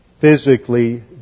physically